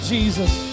Jesus